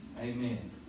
Amen